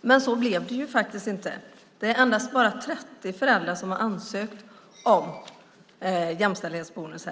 Men så blev det inte. Det är endast 30 föräldrar som har ansökt om jämställdhetsbonus.